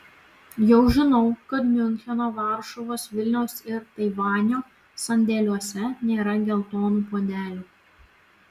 jau žinau kad miuncheno varšuvos vilniaus ir taivanio sandėliuose nėra geltonų puodelių